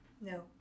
no